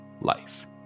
life